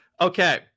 okay